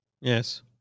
Yes